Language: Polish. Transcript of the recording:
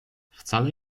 wcale